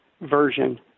version